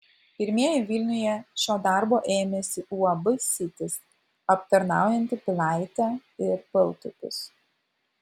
pirmieji vilniuje šio darbo ėmėsi uab sitis aptarnaujanti pilaitę ir baltupius